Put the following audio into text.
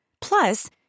Plus